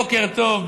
בוקר טוב,